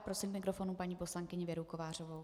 Prosím k mikrofonu paní poslankyni Věru Kovářovou.